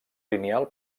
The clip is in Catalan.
lineal